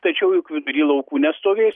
tačiau juk vidury laukų nestovės